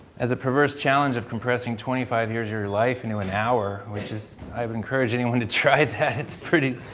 as a perverse challenge of compressing twenty five years of your life into an hour which is i've encouraged anyone to try that, it's pretty,